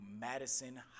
madison